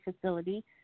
facility